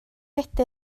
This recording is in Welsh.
credu